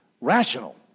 rational